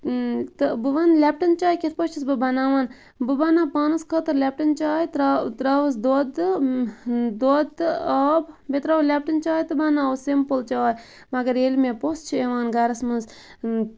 تہٕ بہٕ وَنہٕ لیٚپٹَن ز چاے کِتھ پٲٹھۍ چھَس بہٕ بَناوان بہٕ بَناو پانَس خٲطرٕ لیٚپٹَن چاے تراو تراوَس دۄد تہٕ دۄد تہٕ آب بیٚیہِ تراوٕ لیٚپٹَن چاے تہٕ بَناوٕ سِمپل چاے مگر ییٚلہِ مےٚ پوٚژھ چھُ یِوان گَرَس مَنٛز